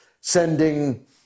sending